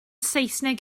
saesneg